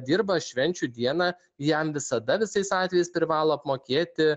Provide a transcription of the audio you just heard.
dirba švenčių dieną jam visada visais atvejais privalo apmokėti